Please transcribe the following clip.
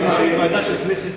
משום שיש ועדה של הכנסת,